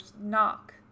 knock